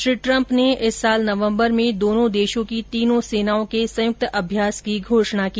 Shri Trump ने इस वर्ष नवम्बर में दोनों देशों की तीनों सेनाओं के संयुक्त अभ्यास की घोषणा की